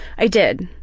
i did.